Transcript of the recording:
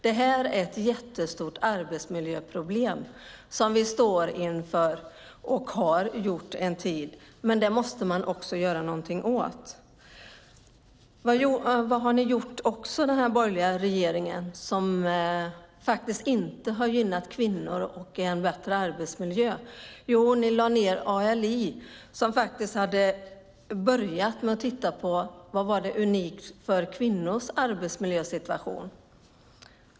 Det är ett stort arbetsmiljöproblem som vi står inför och har stått inför en tid. Det måste man göra något åt. Vad har den borgerliga regeringen gjort mer som inte har gynnat kvinnor och en bättre arbetsmiljö? Jo, ni lade ned ALI. Där hade man börjat titta på vad som var unikt för kvinnors arbetsmiljösituation.